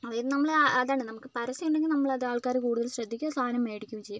അതിന്നു നമ്മൾ അതാണ് നമുക്ക് പരസ്യം ഉണ്ടെങ്കിൽ നമ്മളത് ആൾക്കാർ കൂടുതൽ ശ്രദ്ധിക്കും സാധനം മേടിക്കൂം ചെയ്യും